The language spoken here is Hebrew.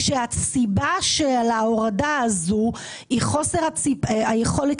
כשהסיבה של ההורדה הזאת היא חוסר היכולת